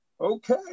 okay